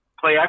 play